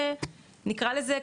נקרא לזה,